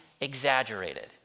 exaggerated